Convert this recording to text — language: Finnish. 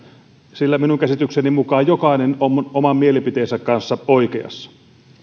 sillä minun käsitykseni mukaan jokainen on oman mielipiteensä kanssa oikeassa